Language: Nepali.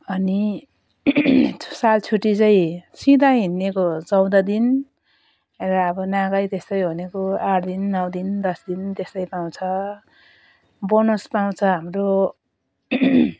अनि त्यो साल छुट्टी चाहिँ सिधा हिँड्नेको चौध दिन र नागै त्यस्तो हुनेको आठ दिन नौ दिन दस दिन त्यस्तै पाउँछ बोनस पाउँछ हाम्रो